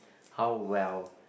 how well